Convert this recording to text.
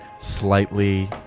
slightly